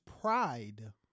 pride